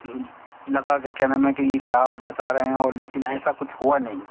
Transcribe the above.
لگا کہ کیا نام ہے کہ یہ کیا بتا رہے ہیں اور لیکن ایسا کچھ ہوا نہیں